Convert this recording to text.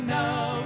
now